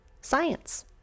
science